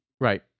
right